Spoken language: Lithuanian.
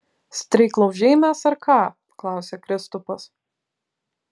streiklaužiai mes ar ką klausia kristupas